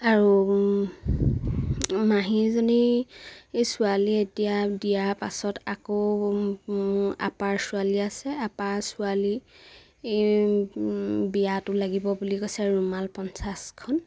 আৰু মাহীজনী ছোৱালী এতিয়া দিয়াৰ পাছত আকৌ আপাৰ ছোৱালী আছে আপাৰ ছোৱালীৰ বিয়াটো লাগিব বুলি কৈছে ৰুমাল পঞ্চাছখন